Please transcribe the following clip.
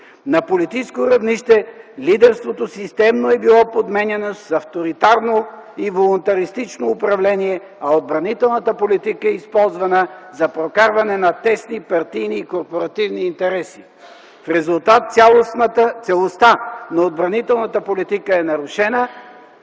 На политическо равнище лидерството системно е било подменяно с авторитарно и волунтаристично управление, а отбранителната политика е използвана за прокарване на тесни партийни и корпоративни интереси. В резултат целостта на отбранителната политика е нарушена,